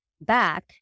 back